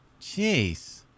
Jeez